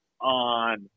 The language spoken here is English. on